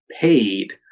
paid